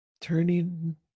turning